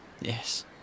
Yes